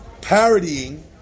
parodying